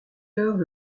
heures